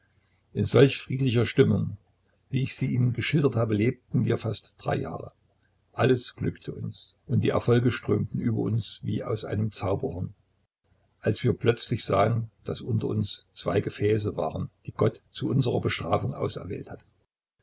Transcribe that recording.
in solch friedlicher stimmung wie ich sie ihnen geschildert habe lebten wir fast drei jahre alles glückte uns und die erfolge strömten über uns wie aus einem zauberhorn als wir plötzlich sahen daß unter uns zwei gefäße waren die gott zu unserer bestrafung auserwählt hatte